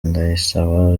ndayisaba